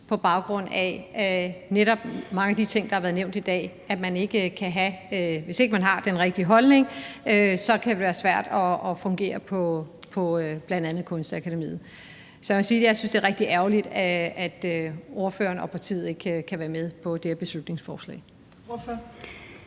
på grund af mange af de ting, der har været nævnt i dag. Hvis ikke man har den rigtige holdning, kan det være svært at fungere på bl.a. Kunstakademiet. Så jeg vil sige, at jeg synes, at det er rigtig ærgerligt, at ordføreren og partiet ikke kan være med på det her beslutningsforslag.